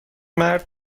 مرد